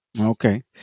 Okay